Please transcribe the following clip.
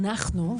אנחנו,